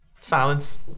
Silence